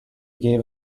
gave